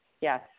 Yes